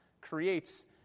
creates